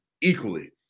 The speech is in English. equally